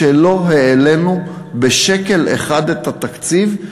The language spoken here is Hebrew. כשלא העלינו בשקל אחד את התקציב,